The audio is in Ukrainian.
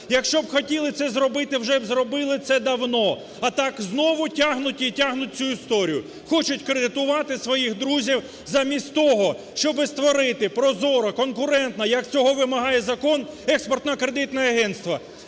Якщо б хотіли це зробити вже б зробили це давно. А так знову тягнуть і тягнуть цю історію. Хочуть кредитувати своїх друзів замість того, щоби створити прозоро, конкурентно, як цього вимагає закон Експертно-кредитне агентство.